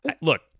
look